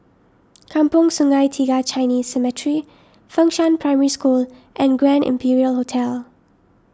Kampong Sungai Tiga Chinese Cemetery Fengshan Primary School and Grand Imperial Hotel